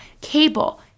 cable